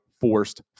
forced